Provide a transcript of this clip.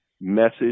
message